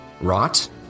rot